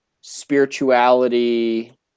spirituality